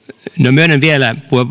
myönnän vielä